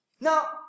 Now